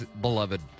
beloved